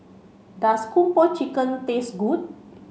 does Kung Po Chicken taste good